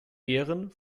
ehren